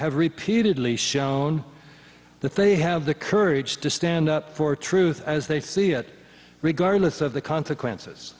have repeatedly shown the fe have the courage to stand up for truth as they see it regardless of the consequences